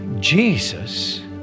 Jesus